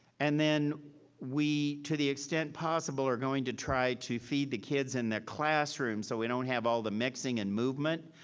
and then we, to the extent possible, are going to try to feed the kids in their classrooms. so we don't have all the mixing and movement.